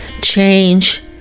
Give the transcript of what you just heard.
Change